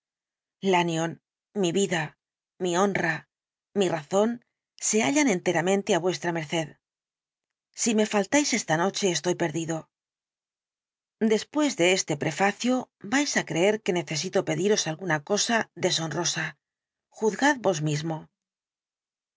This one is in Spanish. ayuda lanyón mi vida mi honra mi razón se hallan enteramente á vuestra merced si me faltáis esta noche estoy perdido después de este prefacio vais á creer que necesito pediros alguna cosa deshonrosa juzgad vos mismo